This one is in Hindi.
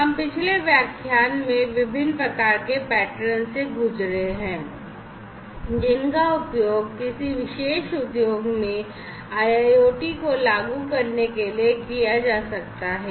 हमने पिछले व्याख्यान में विभिन्न प्रकार के पैटर्न देखे हैं जिनका उपयोग किसी विशेष उद्योग में IIoT को लागू करने के लिए किया जा सकता है